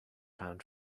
pound